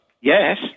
Yes